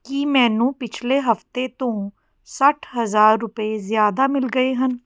ਕੀ ਮੈਨੂੰ ਪਿਛਲੇ ਹਫ਼ਤੇ ਤੋਂ ਸੱਠ ਹਜ਼ਾਰ ਰੁਪਏ ਜ਼ਿਆਦਾ ਮਿਲ ਗਏ ਹਨ